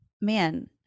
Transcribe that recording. man